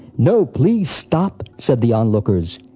no! please stop! said the onlookers.